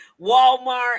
walmart